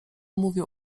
mówił